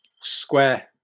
Square